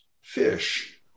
Fish